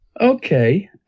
Okay